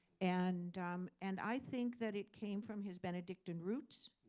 and um and i think that it came from his benedictine roots,